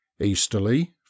Easterly